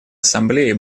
ассамблеи